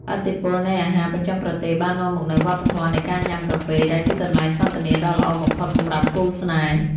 ឥទ្ធិពលនៃអាហារបស្ចិមប្រទេសបាននាំមកនូវវប្បធម៌នៃការញ៉ាំកាហ្វេ ដែលជាកន្លែងសន្ទនាដ៏ល្អបំផុតសម្រាប់គូស្នេហ៍។